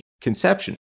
conception